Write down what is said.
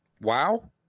Wow